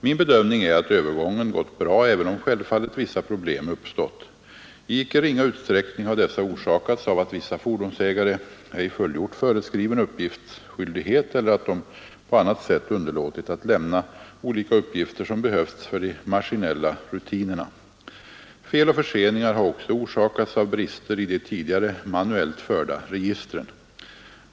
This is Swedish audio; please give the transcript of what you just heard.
Min bedömning är att övergången gått bra även om självfallet vissa problem uppstått. I icke ringa utsträckning har dessa orsakats av att vissa fordonsägare ej fullgjort föreskriven uppgiftsskyldighet eller att de på annat sätt underlåtit att lämna olika uppgifter som behövts för de maskinella rutinerna. Fel och förseningar har också orsakats av brister i de tidigare manuellt förda registren.